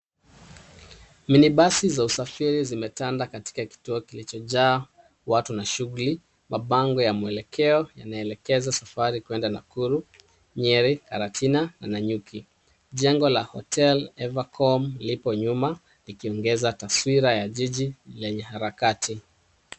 Minibasi za usafiri zimetanda katika kituo kilichojaa watu na shughuli. Mabango ya mwelekeo yanaelekeza safari kuenda Nakuru, Nyeri, Karatina na Nanyuki. Jengo la hotel evercom lipo nyuma likiongeza taswira ya jiji lenye harakati.